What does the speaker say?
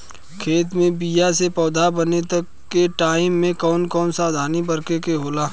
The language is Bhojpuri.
खेत मे बीया से पौधा बने तक के टाइम मे कौन कौन सावधानी बरते के होला?